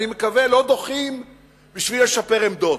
אני מקווה שלא דוחים בשביל לשפר עמדות,